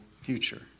future